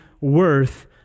worth